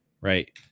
right